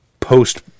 Post